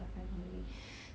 a family